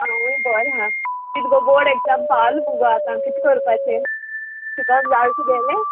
आंवूय बरें हा कित गो बोर्ड एग्जाम पाव मुगो आतां कित करपाचें शिकोन जालें तुगेलें